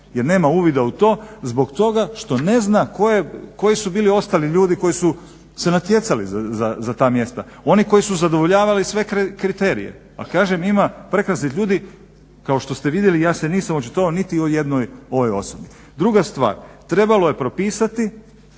Jer nema uvida u to zbog toga što ne zna koji su bili ostali ljudi koji su se natjecali za ta mjesta, oni koji su zadovoljavali sve kriterije. A kažem ima prekrasnih ljudi. Kao što ste vidjeli ja se nisam očitovao niti o jednoj ovoj osobi. Druga stvar, trebalo je propisati,